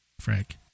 Frank